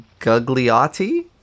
Gugliotti